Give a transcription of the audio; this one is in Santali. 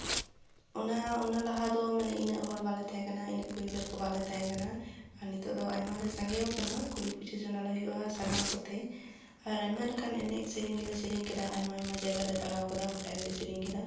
ᱚᱱᱟ ᱚᱱᱟ ᱞᱟᱦᱟ ᱫᱚ ᱢᱟᱱᱮ ᱤᱱᱟᱹᱜ ᱦᱚᱲ ᱵᱟᱞᱮ ᱛᱟᱦᱮᱠᱟᱱᱟ ᱤᱱᱟᱹᱜ ᱠᱩᱲᱤ ᱜᱤᱫᱟᱹᱨ ᱠᱚ ᱵᱟᱞᱮ ᱛᱟᱦᱮᱠᱟᱱᱟ ᱟᱨ ᱱᱤᱛᱳᱜ ᱫᱚ ᱟᱭᱢᱟᱞᱮ ᱥᱟᱸᱜᱮ ᱟᱠᱟᱱᱟ ᱠᱩᱲᱤ ᱯᱚᱸᱪᱤᱥ ᱡᱚᱱᱟᱞᱮ ᱦᱩᱭᱩᱜᱼᱟ ᱥᱟᱱᱟᱢ ᱠᱚᱛᱮ ᱟᱨ ᱟᱭᱢᱟ ᱞᱮᱠᱟᱱ ᱮᱱᱮᱡ ᱥᱮᱨᱮᱧ ᱜᱮᱞᱮ ᱥᱮᱨᱮᱧ ᱠᱮᱫᱟ ᱟᱭᱢᱟ ᱟᱭᱢᱟ ᱡᱟᱭᱜᱟ ᱞᱮ ᱫᱟᱲᱟ ᱟᱠᱟᱫᱟ ᱜᱚᱴᱟ ᱜᱮᱞᱮ ᱥᱤᱨᱤᱧ ᱟᱠᱟᱫᱟ